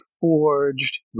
forged